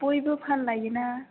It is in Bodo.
बयबो फानलाययो ना